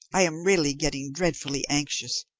i am really getting dreadfully anxious.